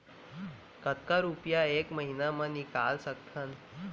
कतका रुपिया एक महीना म निकाल सकथन?